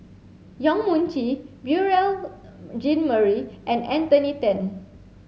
Yong Mun Chee Beurel Jean Marie and Anthony Then